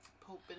Pope